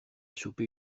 chopé